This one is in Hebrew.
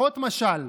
פחות משל.